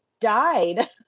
died